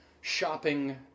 shopping